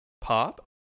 Pop